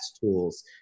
tools